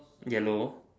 yellow